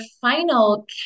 final